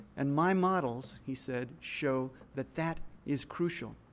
and my models, he said, show that that is crucial.